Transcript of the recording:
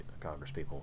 congresspeople